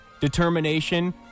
determination